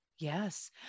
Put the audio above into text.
Yes